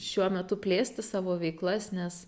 šiuo metu plėsti savo veiklas nes